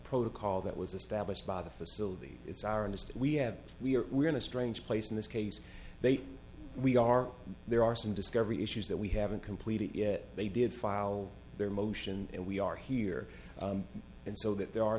protocol that was established by the facility it's are in this that we have we are we are in a strange place in this case they we are there are some discovery issues that we haven't completed yet they did file their motion and we are here and so that there are